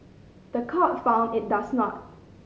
the court found it does not